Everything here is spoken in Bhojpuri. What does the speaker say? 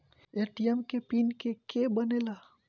ए.टी.एम के पिन के के बनेला?